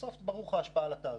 מכאן ברורה ההשפעה על התעריף.